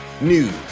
news